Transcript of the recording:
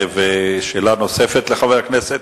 שאלה נוספת לחבר הכנסת